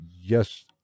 yes